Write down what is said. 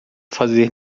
fazer